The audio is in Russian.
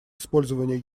использование